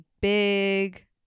big